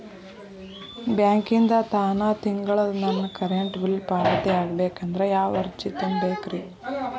ಬ್ಯಾಂಕಿಂದ ತಾನ ತಿಂಗಳಾ ನನ್ನ ಕರೆಂಟ್ ಬಿಲ್ ಪಾವತಿ ಆಗ್ಬೇಕಂದ್ರ ಯಾವ ಅರ್ಜಿ ತುಂಬೇಕ್ರಿ?